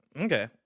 Okay